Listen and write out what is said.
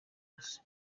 cose